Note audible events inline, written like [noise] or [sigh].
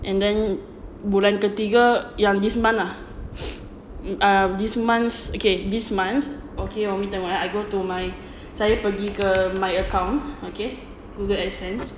and then bulan ketiga yang this month ah [breath] um this month okay this month okay umi tengok eh I go to my saya pergi ke my account okay google access